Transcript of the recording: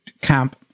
camp